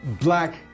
black